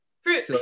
Fruit